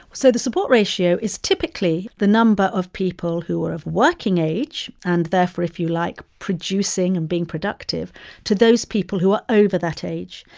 so the support ratio is typically the number of people who are of working age and, therefore, if you like, producing and being productive to those people who are over that age.